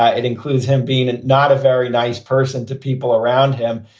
ah it includes him being and not a very nice person to people around him.